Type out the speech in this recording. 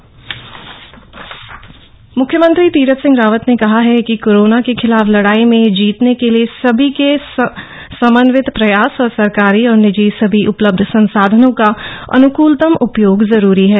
मुख्यमंत्री मुख्यमंत्री तीरथ सिंह रावत ने कहा है कि कोरोना के खिलाफ लड़ाई में जीतने के लिये सभी के समन्वित प्रयास और सरकारी और निजी सभी उपलब्ध संसाधनों का अनुकलतम उपयोग जरूरी है